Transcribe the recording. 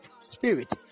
spirit